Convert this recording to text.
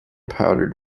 powdered